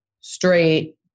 straight